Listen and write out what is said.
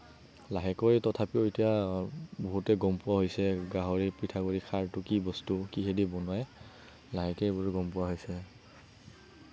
লাহেকৈ তথাপিও এতিয়া বহুতে গম পোৱা হৈছে গাহৰি পিঠাগুৰি খাৰটো কি বস্তু কিহেদি বনায় লাহেকে এইবোৰ গম পোৱা হৈছে